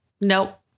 Nope